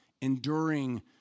enduring